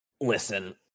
Listen